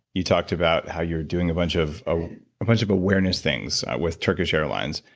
you talked about how you're doing a bunch of ah bunch of awareness things with turkish airlines.